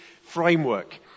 framework